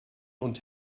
und